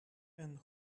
and